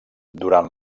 durant